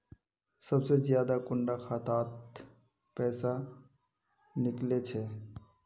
सबसे ज्यादा कुंडा खाता त पैसा निकले छे?